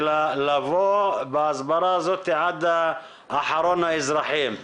ולהגיע בהסברה הזאת עד אחרון האזרחים.